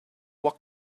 rock